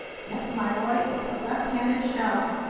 yes, my boy, it's a left-handed shell!